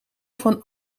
van